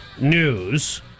news